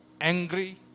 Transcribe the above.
Angry